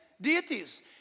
deities